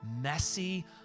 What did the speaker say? messy